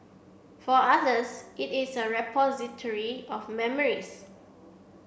for others it is a repository of memories